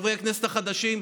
חברי הכנסת החדשים,